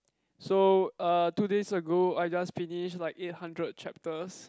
so uh two days ago I just finished like eight hundred chapters